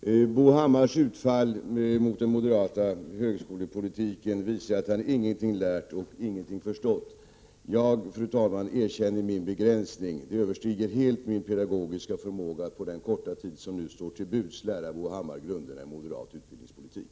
Fru talman! Bo Hammars utfall mot moderat högskolepolitik visar att han ingenting lärt och ingenting förstått. Jag erkänner min begränsning, fru talman. Det överstiger helt min pedagogiska förmåga att på den korta tid som nu står till buds lära Bo Hammar grunderna i moderat utbildningspolitik.